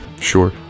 sure